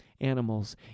animals